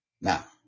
Now